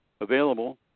Available